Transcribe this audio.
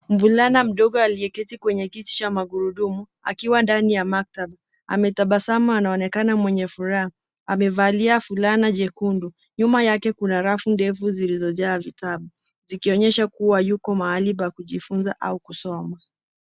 Mvulana mdogo aliyeketi kwenye kiti cha magurudumu, akiwa ndani ya maktaba. Ametabasamu anaonekana mwenye furaha. Amevalia fulana jekundu. Nyuma yake kuna rafu ndefu zilizojaa vitabu, zikionyesha kuwa yuko mahali pa kujifunza au kusoma.